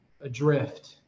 adrift